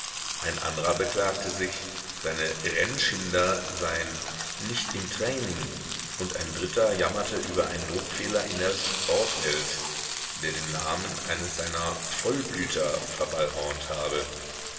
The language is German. ein andrer beklagte sich seine rennschinder seien nicht im training und ein dritter jammerte über einen druckfehler in der sportwelt der den namen eines seiner vollblüter verballhornt habe